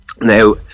Now